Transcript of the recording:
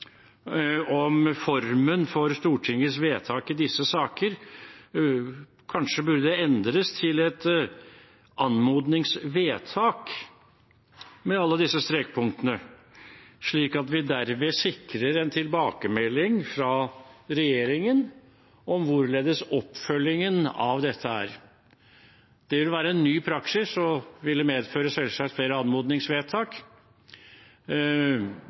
om formen for Stortingets vedtak i disse saker kanskje burde endres til et anmodningsvedtak, med alle disse strekpunktene, slik at vi derved sikrer en tilbakemelding fra regjeringen om hvorledes oppfølgingen av dette er. Det vil være en ny praksis og ville selvsagt medføre flere anmodningsvedtak,